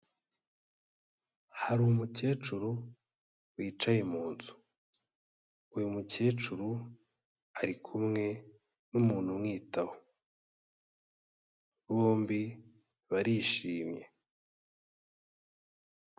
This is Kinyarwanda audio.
Hari umukecuru wicaye mu nzu, uyu mukecuru ari kumwe n'umuntu umwitaho, bombi barishimye.